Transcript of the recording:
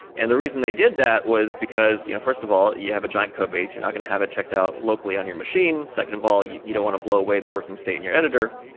and the reason they did that was because, you know first of all, you have a giant codebase. you're not going to have it checked out locally on your machine. second of all, you you don't want to blow away the working state in your editor.